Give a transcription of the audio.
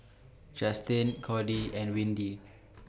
Justin Cordie and Windy